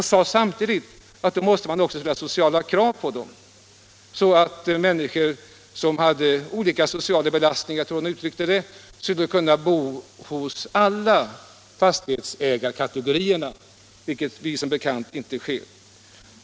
Hon sade samtidigt att det också måste ställas sociala krav på dem, så att människor som har olika sociala belastningar, som hon uttryckte det, skulle kunna bo hos alla fastighetsägarkategorier, vilket som bekant inte är fallet nu.